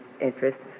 interests